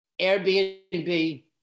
Airbnb